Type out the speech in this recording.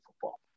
football